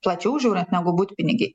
plačiau žiūrint negu butpinigiai